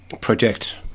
project